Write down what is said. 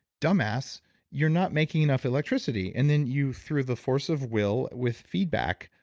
dumb ass you're not making enough electricity. and then you through the force of will with feedback,